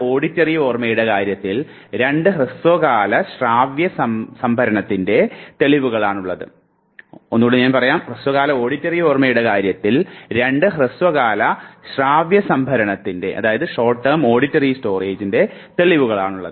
ഹ്രസ്വകാല ഓഡിറ്ററി ഓർമ്മയുടെ കാര്യത്തിൽ രണ്ട് ഹ്രസ്വകാല ശ്രാവ്യ സംഭരണത്തിൻറെ തെളിവുകളാണുള്ളത്